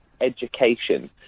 education